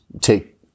take